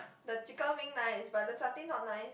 the chicken wing nice but the satay not nice